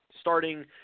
starting